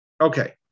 Okay